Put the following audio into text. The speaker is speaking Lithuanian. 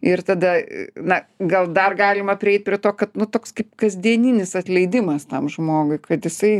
ir tada na gal dar galima prieit prie to kad nu toks kaip kasdieninis atleidimas tam žmogui kad jisai